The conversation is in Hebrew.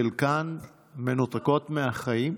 חלקן מנותקות מהחיים.